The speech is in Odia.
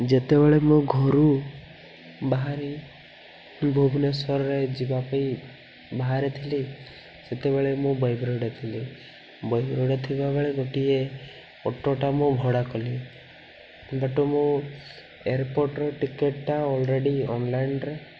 ଯେତେବେଳେ ମୁଁ ଘରୁ ବାହାରି ଭୁବନେଶ୍ୱରରେ ଯିବାପାଇଁ ବାହାରିଥିଲି ସେତେବେଳେ ମୁଁ ରେ ଥିଲି ରେ ଥିବାବେଳେ ଗୋଟିଏ ଅଟୋଟା ମୁଁ ଭଡ଼ା କଲି ବଟ୍ ମୁଁ ଏୟାରପୋର୍ଟ୍ର ଟିକେଟ୍ଟା ଅଲ୍ରେଡ଼ି ଅନ୍ଲାଇନ୍ରେ